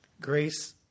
grace